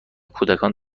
کودکان